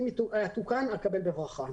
ואם יש תיקון אקבל בברכה.